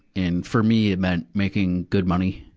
and for me it meant making good money.